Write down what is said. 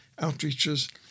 outreaches